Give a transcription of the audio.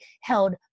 held